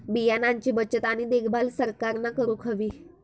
बियाणांची बचत आणि देखभाल सरकारना करूक हवी